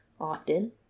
often